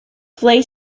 play